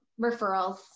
referrals